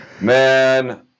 Man